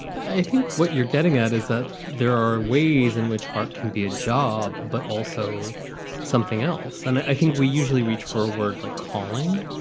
i think what you're getting at is that there are ways in which art can be a job, but also something else. and i think we usually reach for a word like calling.